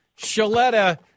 Shaletta